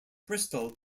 bristol